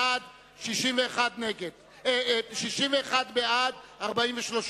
61 בעד, 43 נגד,